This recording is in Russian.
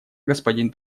господин